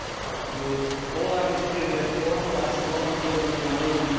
god knows all i can say is that, drawn, by some other will than my own,